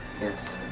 Yes